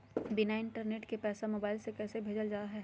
बिना इंटरनेट के पैसा मोबाइल से कैसे भेजल जा है?